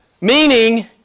Meaning